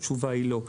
התשובה היא לא.